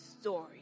story